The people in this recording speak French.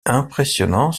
impressionnants